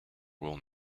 will